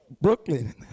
Brooklyn